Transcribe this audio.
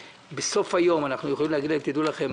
שבסוף היום אנחנו יכולים להגיד להם: דעו לכם,